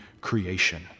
creation